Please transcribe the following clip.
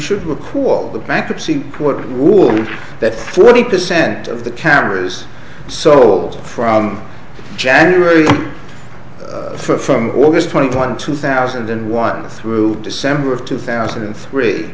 cool the bankruptcy court ruled that forty percent of the cameras sold from january for from august twenty one two thousand and one through december of two thousand and three